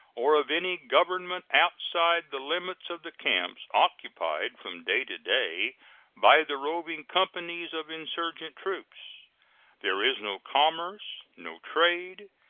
or of any government outside the limits of the camps occupied from day to day by the roving companies of insurgent troops there is no commerce, no trade,